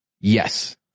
Yes